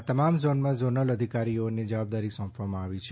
આ તમામ ઝોનમાં ઝોનલ અધિકારીઓને જ્વાબદારી સોપવામાં આવી છે